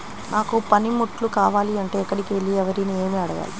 నాకు పనిముట్లు కావాలి అంటే ఎక్కడికి వెళ్లి ఎవరిని ఏమి అడగాలి?